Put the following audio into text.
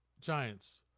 Giants